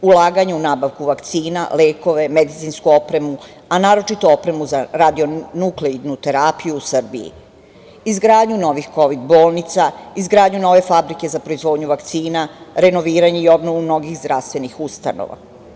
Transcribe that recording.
Ulaganja u nabavku vakcina, lekove, medicinsku opremu, a naročito opremu za radionukleidnu terapiju u Srbiji, izgradnju novih kovid bolnica, izgradnju nove fabrike za proizvodnju vakcina, renoviranje i obnovu mnogih zdravstvenih ustanova.